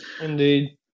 Indeed